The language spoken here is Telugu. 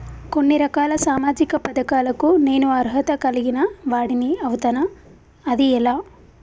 కొన్ని రకాల సామాజిక పథకాలకు నేను అర్హత కలిగిన వాడిని అవుతానా? అది ఎలా?